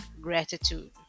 gratitude